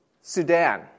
Sudan